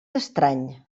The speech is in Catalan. estrany